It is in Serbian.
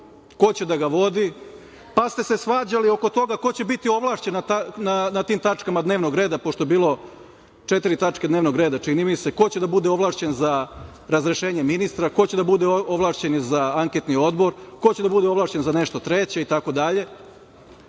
ko će da ga vodi, pa ste se svađali ko će biti ovlašćeni na tim tačkama dnevnog reda, pošto je bilo četiri tačke dnevnog reda, čini mi se, ko će da bude ovlašćen za razrešenje ministra, ko će da bude ovlašćeni za Anketni odbor, ko će da bude ovlašćen za nešto treće itd.